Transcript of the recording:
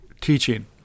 teaching